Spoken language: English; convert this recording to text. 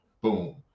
boom